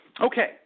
Okay